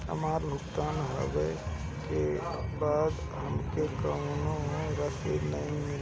हमार भुगतान होबे के बाद हमके कौनो रसीद मिली?